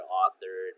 author